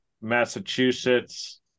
massachusetts